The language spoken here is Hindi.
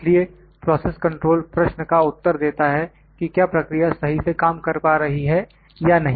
इसलिए प्रोसेस कंट्रोल प्रश्न का उत्तर देता है कि क्या प्रक्रिया सही से काम कर पा रही है या नहीं